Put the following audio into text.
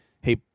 hey